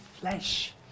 flesh